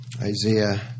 Isaiah